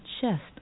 chest